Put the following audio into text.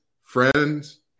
friends